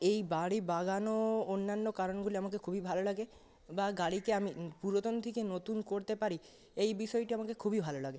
এই গাড়ি বানানো অন্যান্য কারণগুলি আমার খুব ভালো লাগে বা গাড়িকে আমি পুরাতন থেকে নতুন করতে পারি এই বিষয়টি আমার খুবই ভালো লাগে